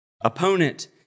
Opponent